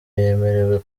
yemerewe